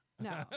No